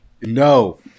No